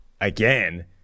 again